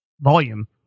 volume